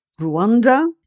Rwanda